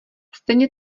stejně